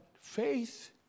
faith